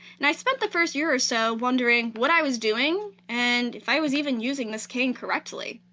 and i spent the first year or so wondering what i was doing and if i was even using this cane correctly.